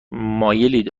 مایلید